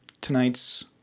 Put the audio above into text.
tonight's